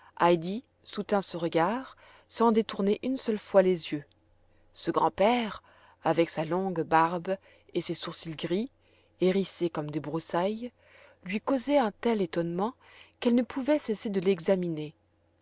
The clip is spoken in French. soutint ce regard sans détourner une seule fois les yeux ce grand-père avec sa longue barbe et ses sourcils gris hérissés comme des broussailles lui causait un tel étonnement qu'elle ne pouvait cesser de l'examiner